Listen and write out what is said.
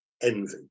envy